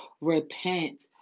Repent